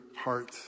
heart